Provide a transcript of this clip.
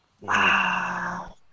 wow